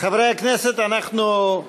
חברי הכנסת, אנחנו,